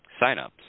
signups